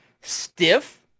stiff